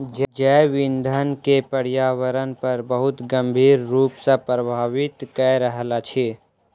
जैव ईंधन के पर्यावरण पर बहुत गंभीर रूप सॅ प्रभावित कय रहल अछि